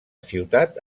ciutat